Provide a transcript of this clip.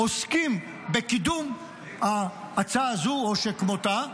עוסקים בקידום ההצעה הזו או שכמותה,